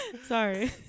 Sorry